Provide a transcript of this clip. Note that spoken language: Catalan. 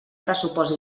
pressupost